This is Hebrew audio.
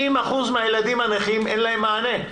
90% מהילדים הנכים אין להם מענה.